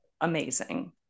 amazing